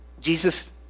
Jesus